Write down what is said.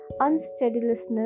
unsteadiness